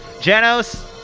Janos